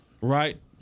Right